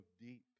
deep